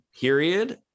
period